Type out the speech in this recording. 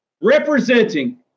representing